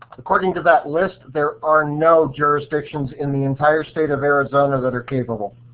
according to that list, there are no jurisdictions in the entire state of arizona that are capable.